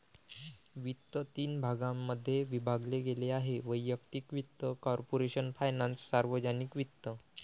वित्त तीन भागांमध्ये विभागले गेले आहेः वैयक्तिक वित्त, कॉर्पोरेशन फायनान्स, सार्वजनिक वित्त